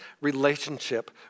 relationship